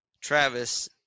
Travis